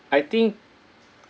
I think